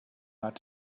ought